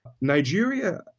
Nigeria